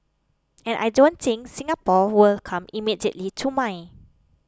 and I don't think Singapore will come immediately to mind